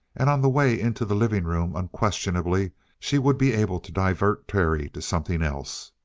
and on the way into the living room unquestionably she would be able to divert terry to something else.